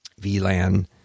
VLAN